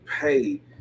pay